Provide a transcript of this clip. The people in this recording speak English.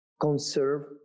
conserve